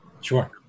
Sure